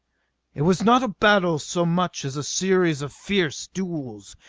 it was not a battle so much as a series of fierce duels.